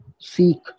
seek